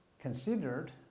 considered